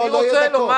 לא יהיו דקות.